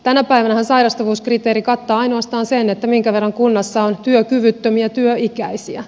tänä päivänähän sairastavuuskriteeri kattaa ainoastaan sen minkä verran kunnassa on työkyvyttömiä työikäisiä